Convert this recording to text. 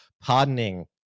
pardoning